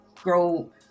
grow